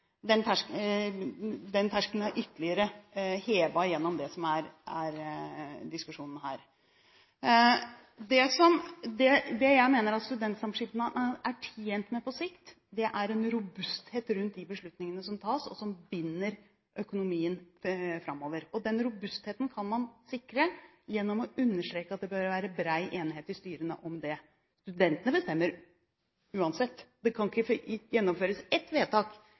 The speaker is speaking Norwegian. Den terskelen er ytterligere hevet gjennom det som er diskusjonen her. Det jeg mener at studentsamskipnadene er tjent med på sikt, er en robusthet rundt de beslutningene som tas, og som binder økonomien framover. Den robustheten kan man sikre gjennom å understreke at det bør være bred enighet i styrene om dette. Studentene bestemmer uansett – det kan ikke fattes ett vedtak